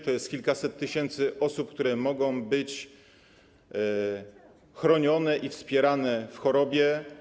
To kilkaset tysięcy osób, które mogą być chronione i wspierane w chorobie.